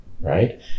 Right